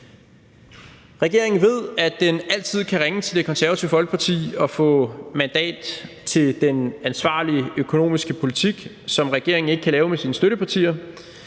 Regeringen ved, at den altid kan ringe til Det Konservative Folkeparti og få mandat til den ansvarlige økonomiske politik, som regeringen ikke kan lave med sine støttepartier.